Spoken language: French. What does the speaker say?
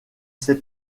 ses